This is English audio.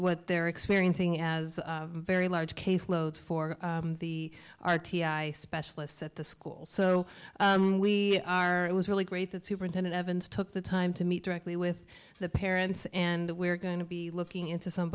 what they're experiencing as a very large caseload for the r t i specialists at the schools so we are it was really great that superintendent evans took the time to meet directly with the parents and we're going to be looking into some